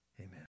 amen